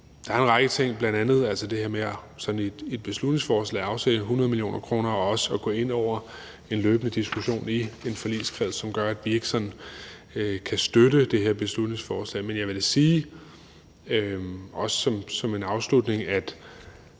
der er en række ting – bl.a. det her med i et beslutningsforslag at afsætte 100 mio. kr. og også at gå ind over en løbende diskussion i en forligskreds – som gør, at vi ikke sådan kan støtte det her beslutningsforslag. Men jeg vil da også som en afslutning